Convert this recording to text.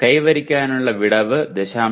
കൈവരിക്കാനുള്ള വിടവ് 0